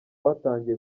watangiye